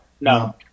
no